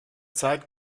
zeit